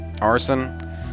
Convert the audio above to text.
arson